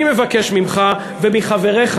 אני מבקש ממך ומחבריך,